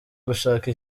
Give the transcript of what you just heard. gushaka